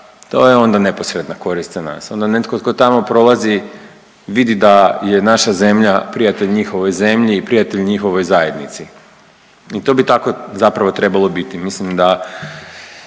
to je onda neposredna korist za nas. Onda netko tko tamo prolazi vidi da je naša zemlja prijatelj njihovoj zemlji i prijatelj njihovoj zajednici i to bi tako zapravo trebalo biti. Mislim da